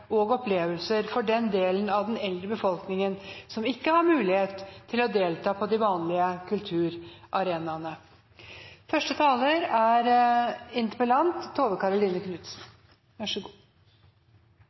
meningsfylte opplevelser for den delen av den eldre befolkningen som ikke har mulighet til å delta på de vanlige kulturarenaene.